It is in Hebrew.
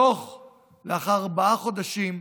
לאחר ארבעה חודשים,